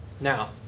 Now